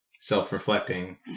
self-reflecting